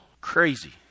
Crazy